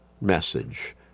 message